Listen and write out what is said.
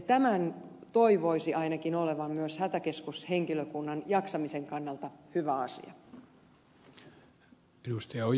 tämän toivoisi ainakin olevan myös hätäkeskushenkilökunnan jaksamisen kannalta hyvä asia